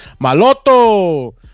Maloto